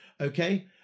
Okay